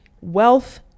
wealth